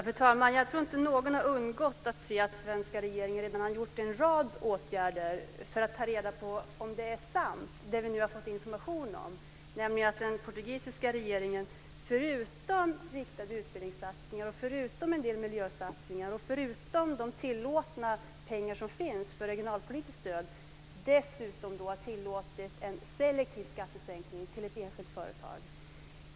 Fru talman! Jag tror inte någon har undgått att se att den svenska regeringen redan har vidtagit en rad åtgärder för att ta reda på om det som vi har fått information om är sant. Har den portugisiska regeringen förutom riktade utbildningssatsningar, förutom en del miljösatsningar och förutom de pengar som finns för regionalpolitiskt stöd dessutom tillåtit en selektiv skattesänkning för ett enskilt företag?